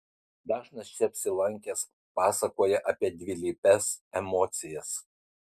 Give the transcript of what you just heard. dažnas čia apsilankęs pasakoja apie dvilypes emocijas